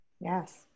Yes